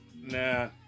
nah